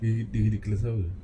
ridi~ ridiculous apa